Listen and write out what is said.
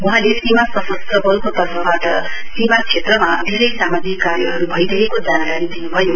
वहाँले सीमा सशस्त्र बलको तर्फबाट सीमा क्षेत्रमा धेरै सामाजिक कार्यहरू भइरहेको जानकारी दिनुभयो